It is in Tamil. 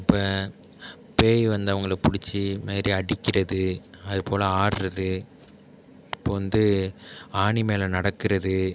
இப்போ பேய் வந்தவங்களை பிடிச்சி இதுமாரி அடிக்கிறது அதைபோல ஆடுறது இப்போது வந்து ஆணி மேலே நடக்கிறது